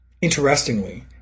Interestingly